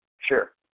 Sure